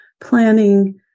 planning